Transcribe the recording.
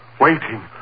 waiting